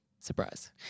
Surprise